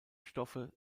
stoffe